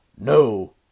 No